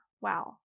Wow